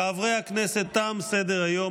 חברי הכנסת, תם סדר-היום.